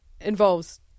involves